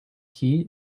key